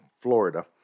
Florida